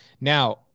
Now